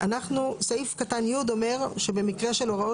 ואמרנו שיכול להיות מקרה שבעקבות